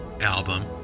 album